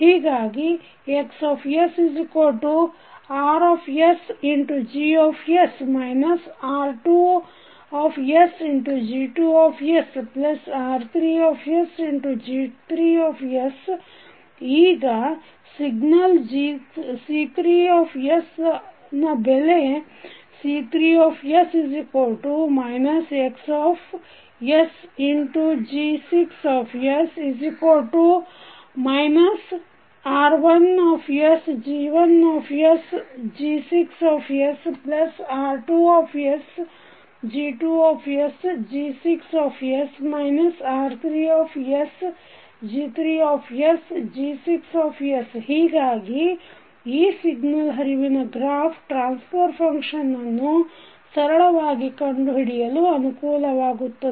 ಹೀಗಾಗಿXR1G1 R2G2R3G3 ಈಗ signal C3ಯ ಬೆಲೆ C3 XG6 R1G1G6R2G2G6 R3G3G6 ಹೀಗಾಗಿ ಈ ಸಿಗ್ನಲ್ ಹರಿವಿನ ಗ್ರಾಫ್ ಟ್ರಾನ್ಸ್ಫರ್ ಫಂಕ್ಷನ್ ಅನ್ನು ಸರಳವಾಗಿ ಕಂಡುಹಿಡಿಯಲು ಅನುಕೂಲವಾಗುತ್ತದೆ